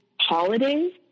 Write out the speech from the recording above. holidays